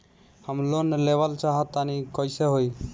हम लोन लेवल चाह तानि कइसे होई?